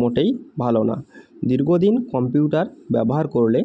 মোটেই ভালো না দীর্ঘদিন কম্পিউটার ব্যবহার করলে